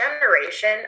generation